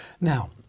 Now